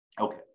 Okay